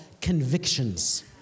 convictions